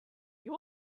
you